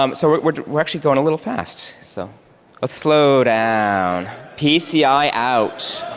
um so we're we're actually going a little fast. so let's slow down. pci out.